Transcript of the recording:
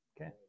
Okay